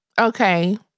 Okay